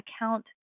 account